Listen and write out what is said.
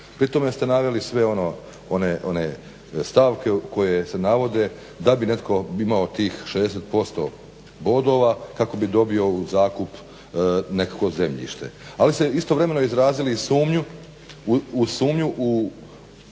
Pri tome ste naveli sve one stavke koje se navode da bi netko imao tih 60% bodova kako bi dobio u zakup nekakvo zemljište. Ali ste istovremeno izrazili i sumnju u